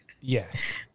yes